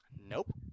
Nope